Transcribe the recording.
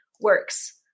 works